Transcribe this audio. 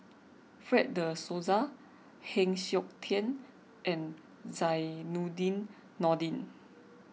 Fred De Souza Heng Siok Tian and Zainudin Nordin